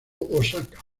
osaka